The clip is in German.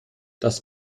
das